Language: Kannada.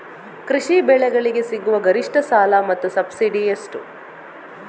ಕೃಷಿ ಬೆಳೆಗಳಿಗೆ ಸಿಗುವ ಗರಿಷ್ಟ ಸಾಲ ಮತ್ತು ಸಬ್ಸಿಡಿ ಎಷ್ಟು?